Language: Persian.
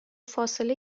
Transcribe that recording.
فاصله